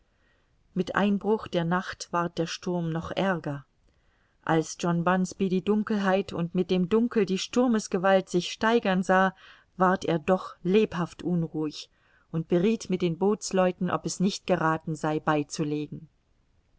mit einbruch der nacht ward der sturm noch ärger als john bunsby die dunkelheit und mit dem dunkel die sturmesgewalt sich steigern sah ward er doch lebhaft unruhig und berieth mit den bootsleuten ob es nicht gerathen sei beizulegen